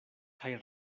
kaj